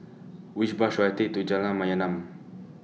Which Bus should I Take to Jalan Mayaanam